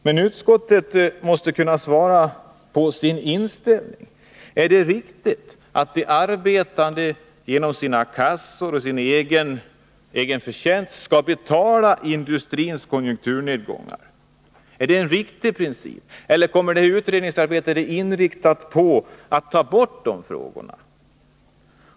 Men utskottet måste kunna svara när det gäller dess inställning: Är det en riktig princip att de arbetande genom sina kassor och sina egna förtjänster skall betala industrins konjunkturnedgångar? Eller är utredningsarbetet inriktat på att ta bort detta?